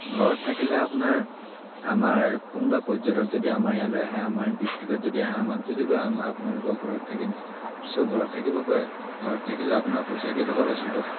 ঘৰত থাকিলে আপোনাৰ আমাৰ কোনোবা পৰ্যটক যদি আমাৰ ইয়ালৈ আহে আমাৰ ডিষ্ট্ৰিকত যদি আহে আমাক যদি কয় আমাৰ আপোনালোকৰ ঘৰত থাকিম ছ' ঘৰত থাকিব পাৰে ঘৰত থাকিলে আপোনাৰ পইচাকেইটকা বাচিব